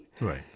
right